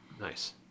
Nice